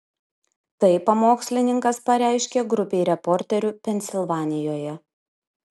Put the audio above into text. tai pamokslininkas pareiškė grupei reporterių pensilvanijoje